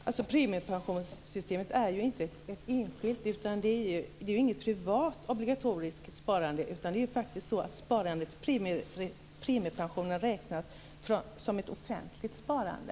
Fru talman! Premiepensionssystemet är inte ett privat obligatoriskt sparande, utan premiepensionen räknas som ett offentligt sparande.